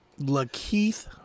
Lakeith